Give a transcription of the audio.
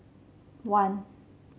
one